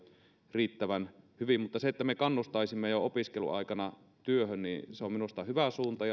riittävän hyvin se että me kannustaisimme jo opiskeluaikana työhön on minusta hyvä suunta